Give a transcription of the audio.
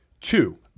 Two